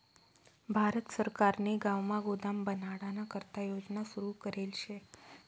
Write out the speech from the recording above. भारत सरकारने गावमा गोदाम बनाडाना करता योजना सुरू करेल शे